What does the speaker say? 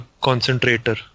concentrator